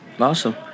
awesome